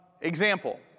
Example